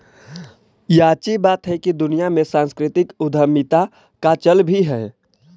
याची बात हैकी दुनिया में सांस्कृतिक उद्यमीता का चल भी है